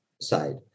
side